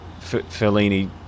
Fellini